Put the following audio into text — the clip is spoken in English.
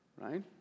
right